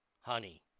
Honey